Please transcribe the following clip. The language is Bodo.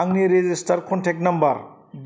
आंनि रेजिस्टार्ड कन्टेक्ट नाम्बार